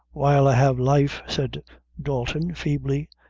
while i have life, said dalton feebly,